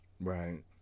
Right